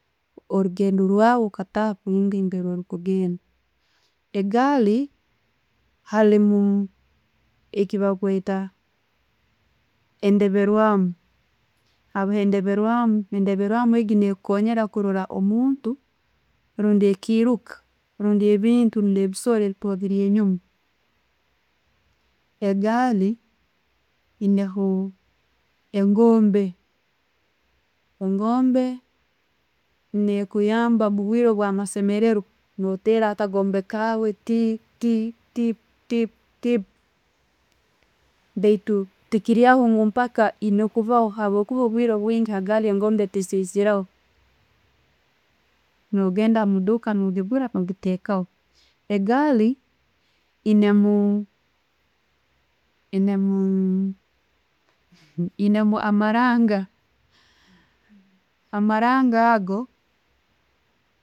Orugendo rwawe okataha kurungi namberi orikugenda. Agaali halimu ekyabakweta endabwirwaamu. Habwe endabirwamu, endabirwamu ne'kukonjela kurola omuntu rundi ekiruuka rundi ebintu rundi ebisooro ebiiri enjuma. Egaali, eyineho engombe, engombe ne'kuyamba mubwiire bwa masemererwa, no'tera akagombe kaawe, baitu tekiriaho ngu mpaka eyina kubaho habwokuba obwire bwingi ha gaali, engombe teziziraho. No'genda muduuka, no'gigura no'giteekaho. Egaali eyinamu amaranga, Amaranga ago.